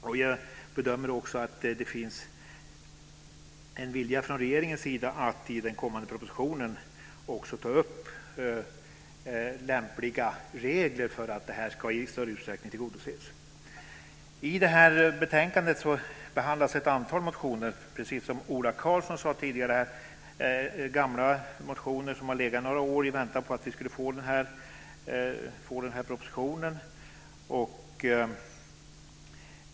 Jag bedömer att det finns en vilja från regeringens sida att i den kommande propositionen också ta upp lämpliga regler för att i större utsträckning tillgodose det här området. gamla motioner, precis som Ola Karlsson tidigare sade, som har legat i några år i väntan på propositionen.